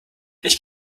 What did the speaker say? ich